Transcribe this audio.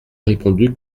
répondu